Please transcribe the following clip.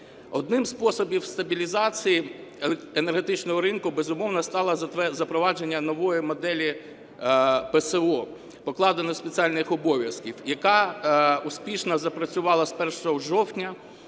Одним із способів стабілізації енергетичного ринку, безумовно, стало запровадження нової моделі ПСО, покладення спеціально їх обов'язків, яка успішно запрацювала з 1 жовтня.